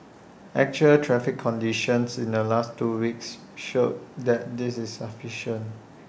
actual traffic conditions in the last two weeks showed that this is sufficient